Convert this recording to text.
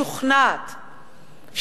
משוכנעת,